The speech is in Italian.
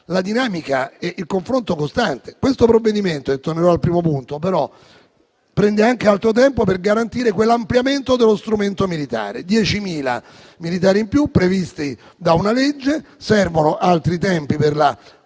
la dinamica e il confronto costante. Questo provvedimento - e tornerò al primo punto - però prende anche altro tempo per garantire quell'ampliamento dello strumento militare: 10.000 militari in più previsti da una legge. Servono altri tempi per